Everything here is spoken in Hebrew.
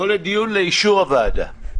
לא לדיון לאישור הוועדה.